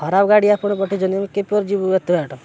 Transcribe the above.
ଖରାପ ଗାଡ଼ି ଆପଣ ପଠେଇଛନ୍ତି ଆମେ କିପରି ଯିବୁ ଏତେ ବାଟ